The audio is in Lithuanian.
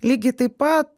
lygiai taip pat